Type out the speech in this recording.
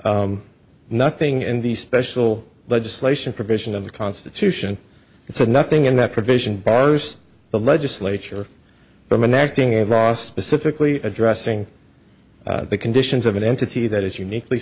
that nothing in these special legislation provision of the constitution so nothing in that provision bars the legislature from acting in law specifically addressing the conditions of an entity that is uniquely